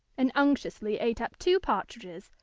and unctuously ate up two partridges,